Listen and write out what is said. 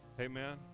Amen